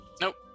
Nope